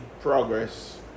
progress